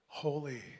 Holy